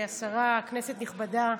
השרה, כנסת נכבדה,